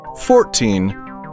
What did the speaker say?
fourteen